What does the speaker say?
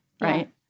Right